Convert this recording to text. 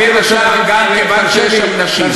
בין השאר מכיוון שיש שם נשים.